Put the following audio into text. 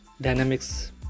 dynamics